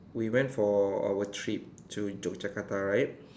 we went for our trip to Yogyakarta right